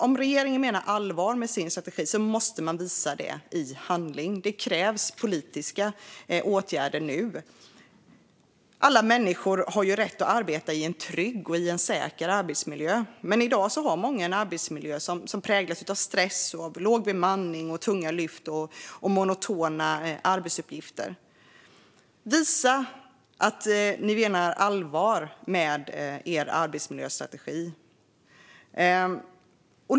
Om regeringen menar allvar med sin strategi måste man visa det i handling. Det krävs politiska åtgärder nu. Alla människor har rätt att arbeta i en trygg och säker arbetsmiljö. Men i dag har många en arbetsmiljö som präglas av stress, låg bemanning, tunga lyft och monotona arbetsuppgifter. Visa att ni menar allvar med er arbetsmiljöstrategi!